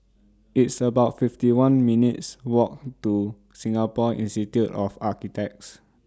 It's about fifty one minutes' Walk to Singapore Institute of Architects